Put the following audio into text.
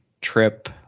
trip